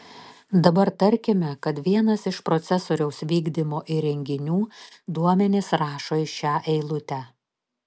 dabar tarkime kad vienas iš procesoriaus vykdymo įrenginių duomenis rašo į šią eilutę